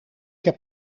heb